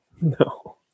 No